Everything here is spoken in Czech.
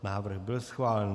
Návrh byl schválen.